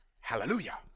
Hallelujah